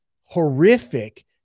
horrific